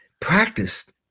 practiced